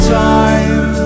time